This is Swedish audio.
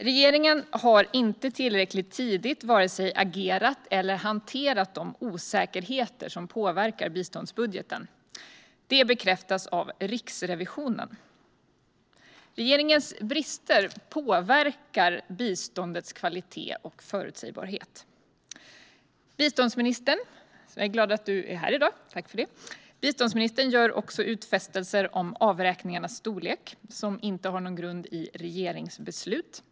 Regeringen hade inte tillräckligt tidigt vare sig agerat eller hanterat de osäkerheter som påverkar biståndsbudgeten. Det bekräftas av Riksrevisionen. Regeringens brister påverkar biståndets kvalitet och förutsägbarhet. Jag är glad att biståndsministern är här i dag! Biståndsministern gör också utfästelser om avräkningarnas storlek, som inte har någon grund i regeringsbeslut.